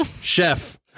Chef